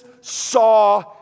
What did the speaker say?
saw